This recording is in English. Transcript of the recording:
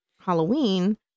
Halloween